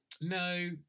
No